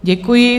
Děkuji.